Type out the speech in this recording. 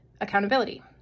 accountability